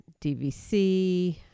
DVC